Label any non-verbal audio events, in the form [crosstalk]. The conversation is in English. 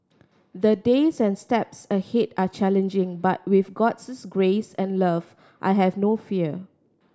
the days and steps ahead are challenging but with God [unintelligible] grace and love I have no fear